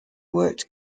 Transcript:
worked